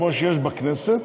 כמו שיש בכנסת.